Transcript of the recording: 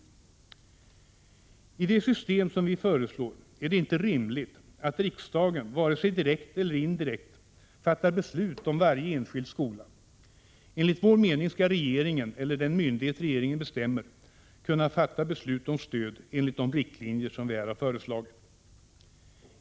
När det gäller det system som vi föreslår är det inte rimligt att riksdagen vare sig direkt eller indirekt fattar beslut om varje enskild skola. Enligt vår mening skall regeringen, eller den myndighet som regeringen bestämmer, kunna fatta beslut om stöd enligt de riktlinjer som vi här har föreslagit.